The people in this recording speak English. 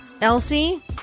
Elsie